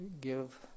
give